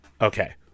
okay